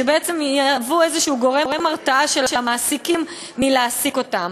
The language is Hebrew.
שבעצם יהוו איזשהו גורם הרתעה של המעסיקים מלהעסיק אותם.